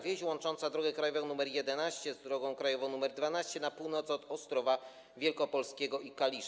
Wieś łącząca drogę krajową nr 11 z drogą krajową nr 12 na północ od Ostrowa Wielkopolskiego i Kalisza.